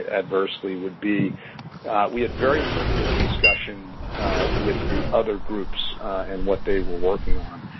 adversely would be we had very limited discussion with the other groups and what they were working on.